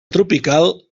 tropical